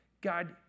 God